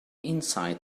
insight